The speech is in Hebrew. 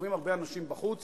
מסתובבים הרבה אנשים בחוץ